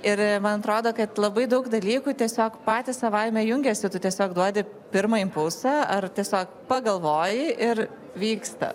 ir man atrodo kad labai daug dalykų tiesiog patys savaime jungėsi tu tiesiog duodi pirmą impulsą ar tiesiog pagalvoji ir vyksta